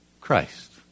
Christ